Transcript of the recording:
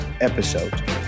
episode